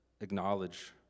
acknowledge